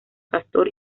castor